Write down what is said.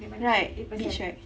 right bitch right